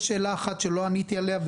יש שאלה אחת שלא עניתי עליה.